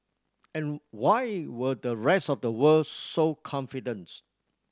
and why were the rest of the world so confidence